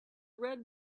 red